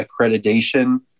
accreditation